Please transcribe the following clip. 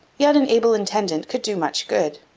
yet an able intendant could do much good.